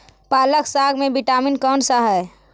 पालक साग में विटामिन कौन सा है?